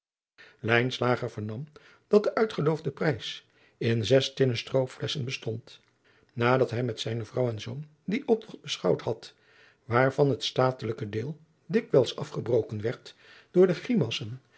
vernam dat de uitgeloofde prijs in zes tinnen stoopflesschen bestond nadat hij met zijne vrouw en zoon dien optogt beschouwd had waarvan het statelijke dikwijls afgebroken werd door de